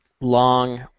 long